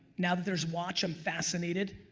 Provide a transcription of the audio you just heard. now that there's watch i'm fascinated.